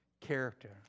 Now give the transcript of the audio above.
character